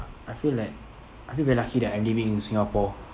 I feel like I feel very lucky that I'm living in singapore